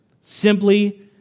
simply